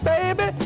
Baby